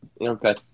Okay